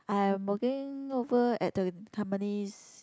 I am working over at the Tampines